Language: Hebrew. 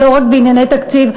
לא רק בענייני תקציב,